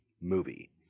movie